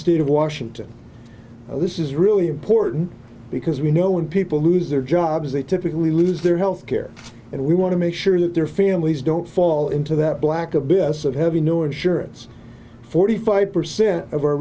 state of washington this is really important because we know when people lose their jobs they typically lose their health care and we want to make sure that their families don't fall into that black abyss of having no insurance forty five percent of our